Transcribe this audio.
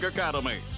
Academy